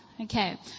Okay